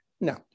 No